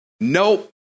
Nope